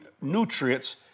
nutrients